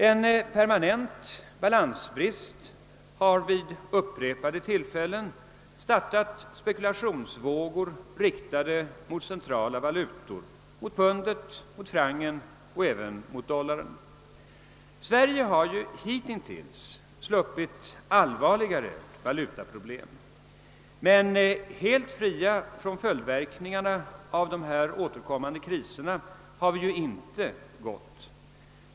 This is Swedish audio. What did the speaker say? En permanent balansbrist har vid upprepade tillfällen startat spekulationsvågor riktade mot centrala valutor — mot pundet, mot francen och även mot dollarn. Sverige har ju hitintills sluppit allvarligare valutaproblem men helt fria från följdverkningarna av dessa återkommande kriser har vi inte gått.